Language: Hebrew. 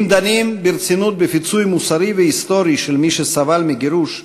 אם דנים ברצינות בפיצוי מוסרי והיסטורי של מי שסבל מגירוש,